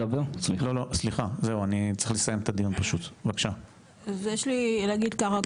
יש לי להגיד ככה,